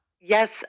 Yes